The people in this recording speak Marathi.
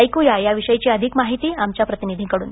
ऐक्या याविषयीची अधिक माहिती आमच्या प्रतिनिधीकडून